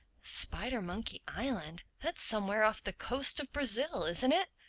spidermonkey island? that's somewhere off the coast of brazil, isn't it?